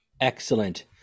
Excellent